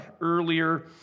earlier